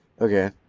Okay